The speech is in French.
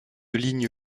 ligne